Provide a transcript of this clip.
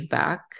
back